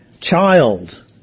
Child